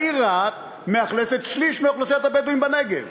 העיר רהט מאכלסת שליש מאוכלוסיית הבדואים בנגב,